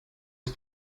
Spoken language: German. ist